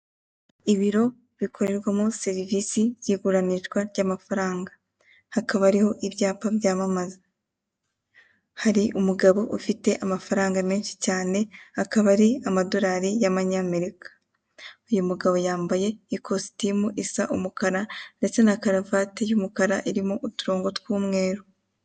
Ibiro bikorerwamo serivisi y'iguranishwa ry'amafaranga. Hakaba hariho ibyapa byamamaza. Hari umugabo ufite amafaranga menshi cyane akaba ari amadorali y'amanyamerika. Uyu mugabo yambaye ikositimu isa umukara ndetse na karovati y'umukara irimo uturongo tw'umweru.